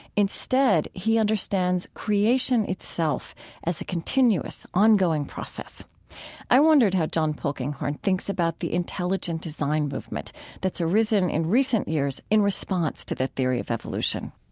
instead, he understands creation itself as a continuous, ongoing process i wondered how john polkinghorne thinks about the intelligent design movement that's arisen in recent years in response to the theory of evolution